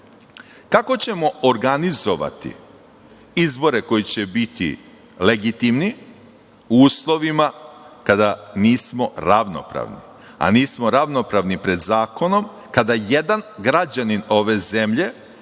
Kako ćemo organizovati izbore koji će biti legitimni u uslovima kada nismo ravnopravni, a nismo ravnopravni ni pred zakonom kada jedan građanin ove zemlje